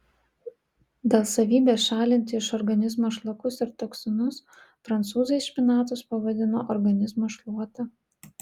dėl savybės šalinti iš organizmo šlakus ir toksinus prancūzai špinatus pavadino organizmo šluota